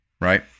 right